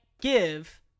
give